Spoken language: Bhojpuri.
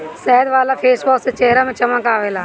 शहद वाला फेसवाश से चेहरा में चमक आवेला